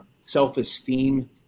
self-esteem